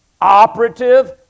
operative